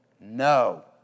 no